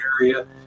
area